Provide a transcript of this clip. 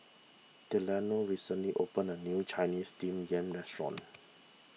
Delano recently opened a new Chinese Steamed Yam restaurant